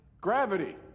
Gravity